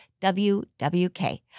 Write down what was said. WWK